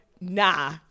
nah